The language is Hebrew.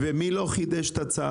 ומי לא חידש את הצו?